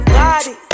body